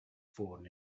forward